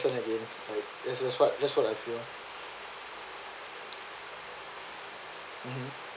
again like that that's what I feel mmhmm